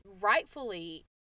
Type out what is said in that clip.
rightfully